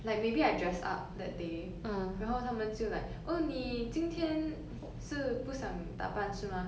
like maybe I dress up that day 然后他们就 like oh 你今天是不想打扮是吗